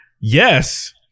Yes